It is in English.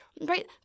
right